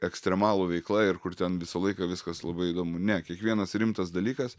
ekstremalų veikla ir kur ten visą laiką viskas labai įdomu ne kiekvienas rimtas dalykas